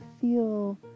feel